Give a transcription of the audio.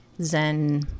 zen